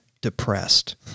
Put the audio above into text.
depressed